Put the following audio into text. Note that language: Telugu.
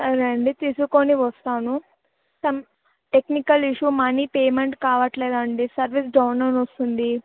సరే అండి తీసుకుని వస్తాను some technical issue money payment కావట్లేదండి సర్వర్స్ డౌన్ అని వస్తుంది